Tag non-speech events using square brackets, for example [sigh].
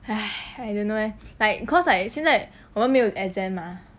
[breath] I don't know leh like cause like 现在我们没有 exam mah